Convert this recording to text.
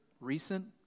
recent